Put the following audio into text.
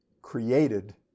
created